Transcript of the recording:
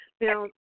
Now